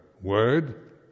word